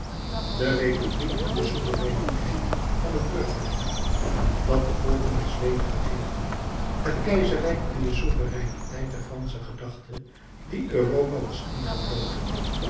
de republiek in de souvereiniteit van het burgerrecht dat den volken was wedergegeven het keizerrijk in de souvereiniteit der fransche gedachte die europa was ingevloten